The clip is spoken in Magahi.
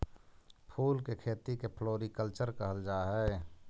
फूल के खेती के फ्लोरीकल्चर कहल जा हई